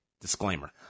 disclaimer